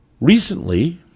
recently